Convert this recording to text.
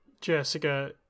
Jessica